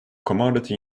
commodity